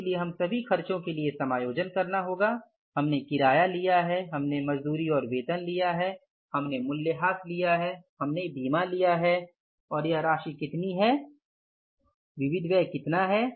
इसलिए हमें सभी खर्चों के लिए समायोजन करना होगा हमने किराया लिया है हमने मजदूरी और वेतन लिया है हमने मूल्यह्रास लिया है हमने बीमा लिया है और यह राशि कितनी है 375 बीमा राशि है विविध व्यय कितना है